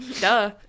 Duh